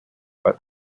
but